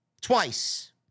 Twice